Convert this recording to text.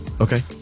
Okay